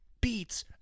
beats